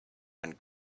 and